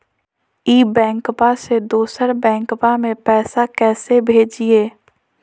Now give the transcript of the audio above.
ई बैंकबा से दोसर बैंकबा में पैसा कैसे भेजिए?